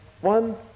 one